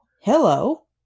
hello